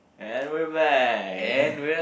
and we're back